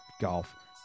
golf